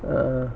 uh